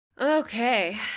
Okay